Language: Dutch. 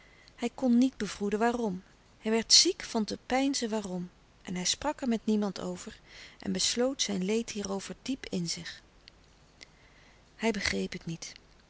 hij kon niet bevroeden waarom hij werd ziek van te peinzen waarom en hij sprak er met niemand over en besloot zijn leed hierover diep in zich hij begreep het niet